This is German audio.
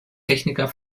techniker